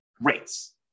rates